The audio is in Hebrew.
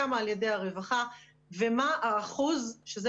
כמה על ידי הרווחה ומה האחוז - שזה